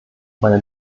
meine